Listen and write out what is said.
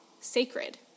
sacred